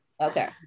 Okay